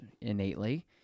innately